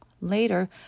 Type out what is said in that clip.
later